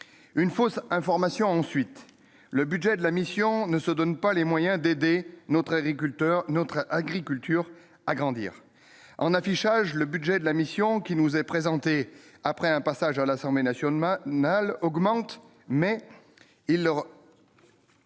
une fausse information ensuite le budget de la mission ne se donne pas les moyens d'aider notre agriculteur notre agriculture agrandir en affichage, le budget de la mission qui nous est présentée, après un passage à l'Assemblée nationale nal augmente, mais il leur.